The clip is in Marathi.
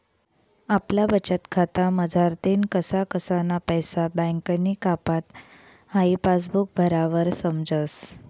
आपला बचतखाता मझारतीन कसा कसाना पैसा बँकनी कापात हाई पासबुक भरावर समजस